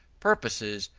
purposes,